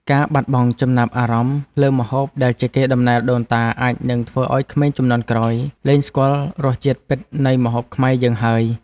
ការបាត់បង់ចំណាប់អារម្មណ៍លើម្ហូបដែលជាកេរ្តិ៍តំណែលដូនតាអាចនឹងធ្វើឲ្យក្មេងជំនាន់ក្រោយលែងស្គាល់រសជាតិពិតនៃម្ហូបខ្មែរយើងហើយ។